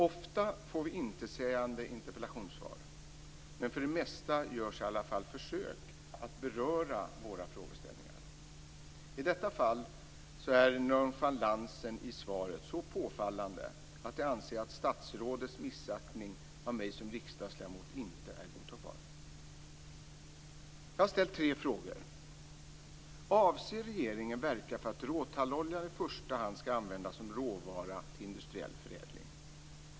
Ofta får vi intetsägande interpellationssvar, men för det mesta görs i alla fall försök att beröra våra frågeställningar. I detta fall är nonchalansen i svaret så påfallande att jag anser att statsrådets missaktning av mig som riksdagsledamot inte är godtagbar. Jag har ställt tre frågor. Den första är: "Avser regeringen verka för att råtallolja i första hand skall kunna användas som råvara till industriell förädling?"